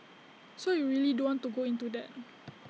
so you really don't want to go into that